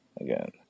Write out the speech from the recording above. again